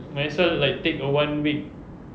might as well like take a one week